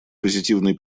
позитивные